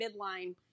midline